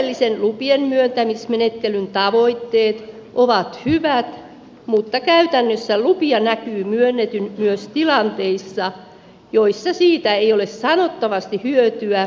alueellisen lupienmyöntämismenettelyn tavoitteet ovat hyvät mutta käytännössä lupia näkyy myönnetyn myös tilanteissa joissa siitä ei ole sanottavasti hyötyä paikalliselle elinkeinoelämälle